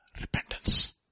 repentance